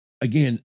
again